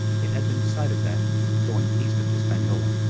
it had been decided that, going east of hispaniola,